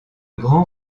grand